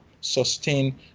sustain